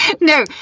No